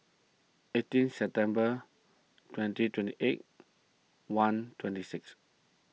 eighteen September twenty twenty eight one twenty six